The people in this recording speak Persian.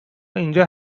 اینجا